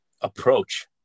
approach